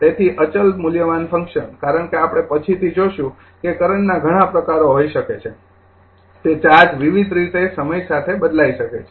તેથી અચલ મૂલ્યવાન ફંકશન કારણ કે આપણે પછીથી જોશું કે કરંટના ઘણા પ્રકારો હોઈ શકે છે તે ચાર્જ વિવિધ રીતે સમય સાથે બદલાઈ શકે છે